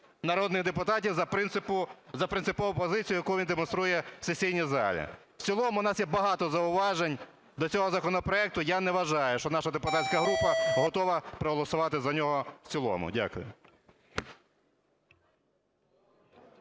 народних депутатів за принципову позицію, яку він демонструє в сесійній залі. В цілому у нас є багато зауважень до цього законопроекту. Я не вважаю, що наша депутатська група готова проголосувати за нього в цілому. Дякую.